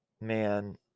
Man